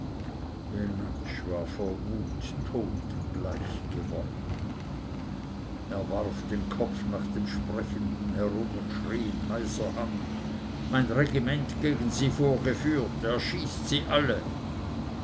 vor wut totenbleich geworden er warf den kopf nach dem sprechenden herum und schrie ihn heiser an mein regiment gegen sie vorgeführt erschießt sie alle